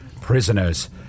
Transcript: Prisoners